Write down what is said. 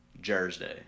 Jersey